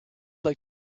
like